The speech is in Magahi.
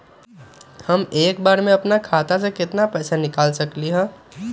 हम एक बार में अपना खाता से केतना पैसा निकाल सकली ह?